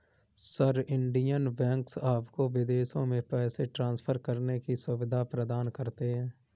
sir, Indian banks आपको विदेशों में पैसे ट्रान्सफर करने की सुविधा प्रदान करते हैं